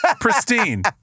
Pristine